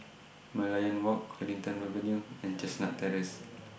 Merlion Walk Huddington Avenue and Chestnut Terrace